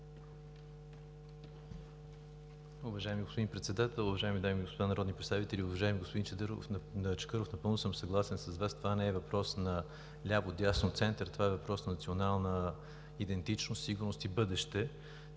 Уважаеми господин Председател, уважаеми дами и господа народни представители! Уважаеми господин Чакъров, напълно съм съгласен с Вас. Това не е въпрос на ляво, дясно, център, това е въпрос на национална идентичност, сигурност и бъдеще.